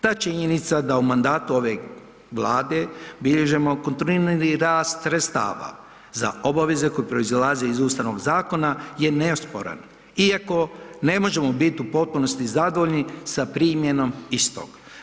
Ta činjenica da u mandatu ove Vlade bilježimo kontinuirani rast sredstava za obaveze koje proizilaze iz Ustavnog zakona je neosporan iako ne možemo bit u potpunosti zadovoljni sa primjenom istog.